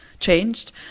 changed